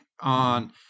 on